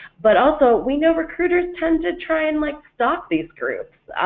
but also we know recruiters tend to try and like stalk these groups,